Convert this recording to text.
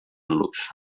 los